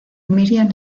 miriam